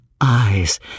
eyes